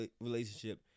relationship